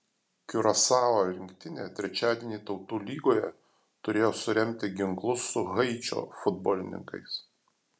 kiurasao rinktinė trečiadienį tautų lygoje turėjo suremti ginklus su haičio futbolininkais